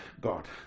God